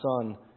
son